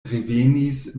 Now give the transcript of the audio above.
revenis